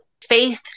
Faith